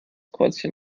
kreuzchen